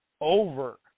over